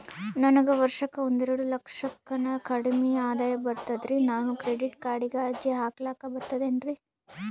ನನಗ ವರ್ಷಕ್ಕ ಒಂದೆರಡು ಲಕ್ಷಕ್ಕನ ಕಡಿಮಿ ಆದಾಯ ಬರ್ತದ್ರಿ ನಾನು ಕ್ರೆಡಿಟ್ ಕಾರ್ಡೀಗ ಅರ್ಜಿ ಹಾಕ್ಲಕ ಬರ್ತದೇನ್ರಿ?